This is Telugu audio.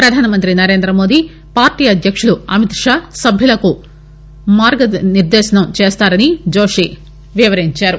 ప్రధానమంతి నరేందమోదీ పార్టీ అధ్యక్షుడు అమిత్షా సభ్యులకు మార్గదర్భనం చేస్తారని జోషి వివరించారు